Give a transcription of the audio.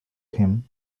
him